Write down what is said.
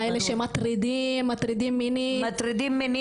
אלה שמטרידים מינית, אלימים.